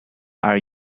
are